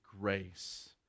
grace